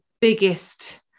biggest